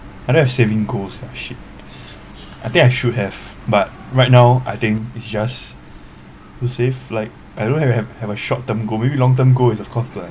I don't have saving goals lah shit I think I should have but right now I think it's just to save like I don't even have have a short term goal maybe long term goal is of course to like